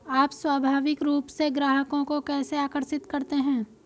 आप स्वाभाविक रूप से ग्राहकों को कैसे आकर्षित करते हैं?